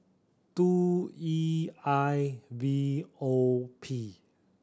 two E I V O P